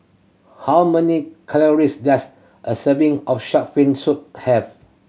how many calories does a serving of shark fin soup have